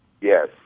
Yes